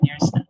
years